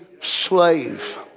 slave